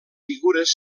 figures